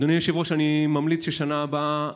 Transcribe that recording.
אדוני היושב-ראש, אני ממליץ שבשנה הבאה,